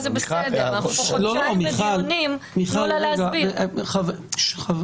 הקבוצה השנייה זה חומר שעשוי להועיל להגנת הנאשם.